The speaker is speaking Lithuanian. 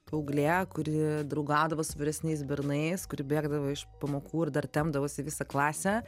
paauglė kuri draugaudavo su vyresniais bernais kuri bėgdavo iš pamokų ir dar tempdavosi visą klasę